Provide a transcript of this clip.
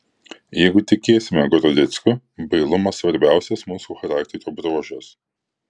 jeigu tikėsime gorodeckiu bailumas svarbiausias mūsų charakterio bruožas